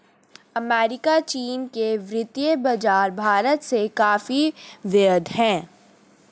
America चीन के वित्तीय बाज़ार भारत से काफी वृहद हैं